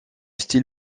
style